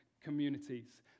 communities